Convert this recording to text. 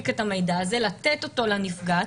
המידע הזה, לתת אותו לנפגעת.